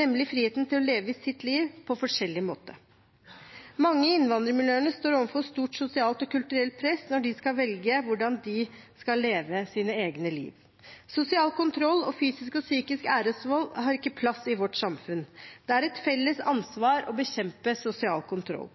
nemlig friheten til å leve sitt liv på forskjellig måte. Mange i innvandrermiljøene står overfor stort sosialt og kulturelt press når de skal velge hvordan de skal leve sitt eget liv. Sosial kontroll og fysisk og psykisk æresvold har ikke plass i vårt samfunn. Det er et felles ansvar å bekjempe sosial kontroll.